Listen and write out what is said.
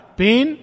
pain